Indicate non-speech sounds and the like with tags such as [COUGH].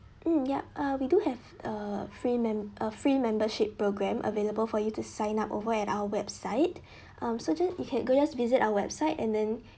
mm ya uh we do have a free mem~ a free membership program available for you to sign up over at our website [BREATH] uh so just you can go just visit our website and then